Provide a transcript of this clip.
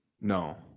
no